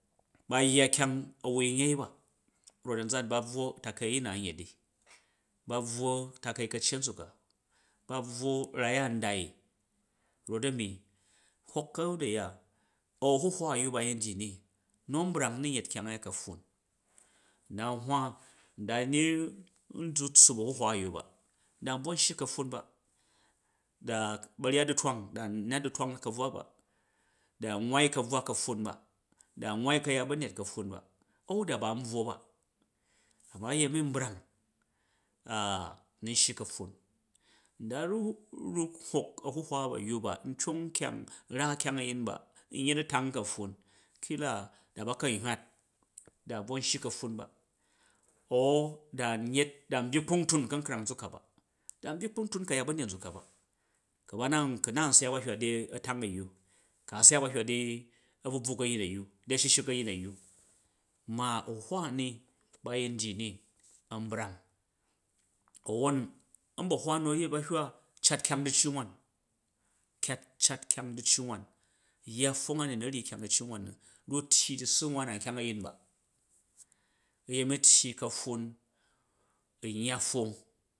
Ba yya yang a̱ wui nyei ba rof ba buwo takai a̱yim na n yet ni, ba bvwo ta̱kai ka̱ccet nzuk a, ba bvwo rai a ndai i hok gaat a̱ya an a̱huhwa a̱yyu ba yi ndyi ni nu̱ a̱n brang u̱ nun yet kyang a̱ nyet ni ka̱pffun, n na hwa nda ni yin dyuk, tsuup a̱huwawa a̱yya ba da nbvon shyi ka̱pffun bai da ba̱ryat du̱hwang, da n nat du̱twang ka̱bvwa ba, duuwwai ka̱bvwa ka̱pffun ba da nwwai ka̱yat ba̱nyet ka̱pffun ba an da ba nvuwo ba a̱ma uyemi n brang a u nun shyi ka̱pffun, a da ru ru hok a̱ huhwa a̱yyu ba ntyong nkyong ra kyang a̱yin ba n yet a̱tang ka̱pffun kila da ba ka nhywat da n bvo nshyi ka̱pffun ba an da nyet da n byyi kpangtun u̱ ka̱nkrang nzwe ka ba, da n byyi kpangtun ka̱yat ba̱nyet nzuk ka ba, ku u na nsyak ba byna di a̱ tang a̱yyu, ku a̱syak ba hywa di a̱brabrak a̱yin a̱yyu di a̱shishik a̱yin a̱yyu. A̱huhwa a̱ni bayin ndyi ni a̱n brang. A̱won a̱mbalwa nu̱ a̱ yet ba hywa, cat kyang du̱ccu wan, kyat, cat kyang du̱ccu wan, yya pfong a nu na̱ ryi kyang du̱ccu wanni ryuk tyi a̱ssuwan an kyang a̱yin ba, uyemu tyi ka̱pffun n yya pfong.